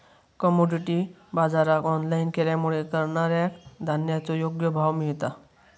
commodity बाजराक online केल्यामुळे करणाऱ्याक धान्याचो योग्य भाव मिळता